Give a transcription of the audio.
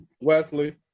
Wesley